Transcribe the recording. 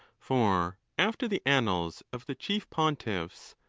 for after the annals of the chief pontiffs,